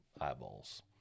eyeballs